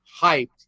hyped